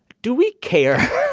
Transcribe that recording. do we care?